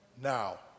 now